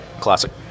Classic